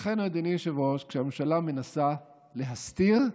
ולכן, אדוני היושב-ראש, כשהממשלה מנסה להסתיר,